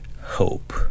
hope